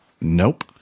Nope